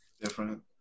different